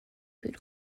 food